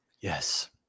Yes